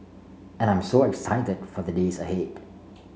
and I'm so excited for the days ahead